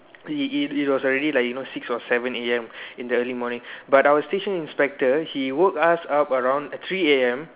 it it it was already like you know six or seven A_M in the early morning but our station inspector he woke us up around three A_M